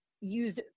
use